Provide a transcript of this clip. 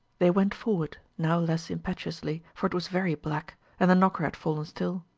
they went forward, now less impetuously, for it was very black and the knocker had fallen still.